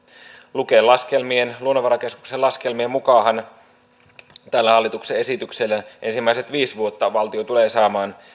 luken laskelmien luonnonvarakeskuksen laskelmien mukaanhan tällä hallituksen esityksellä ensimmäiset viisi vuotta valtio tulee saamaan